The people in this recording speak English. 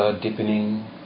deepening